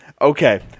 Okay